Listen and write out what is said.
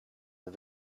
een